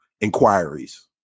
inquiries